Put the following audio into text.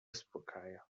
uspokaja